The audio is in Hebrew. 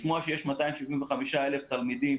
לשמוע שיש 275,000 תלמידים